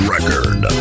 Record